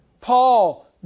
Paul